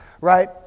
right